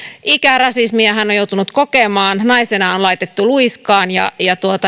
ikärasismia hän on joutunut kokemaan naisena on laitettu luiskaan ja ja